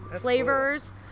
flavors